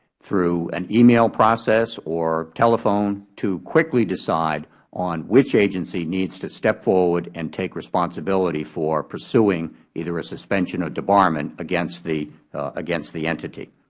through an email process or telephone, to quickly decide on which agency needs to step forward and take responsibility for pursuing either a suspension or debarment against the against the entity.